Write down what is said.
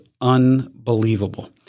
unbelievable